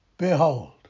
Behold